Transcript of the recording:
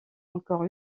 encore